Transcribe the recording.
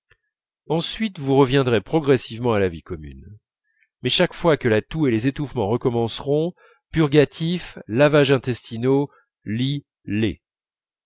ensuite vous reviendrez progressivement à la vie commune mais chaque fois que la toux et les étouffements recommenceront purgatifs lavages intestinaux lit lait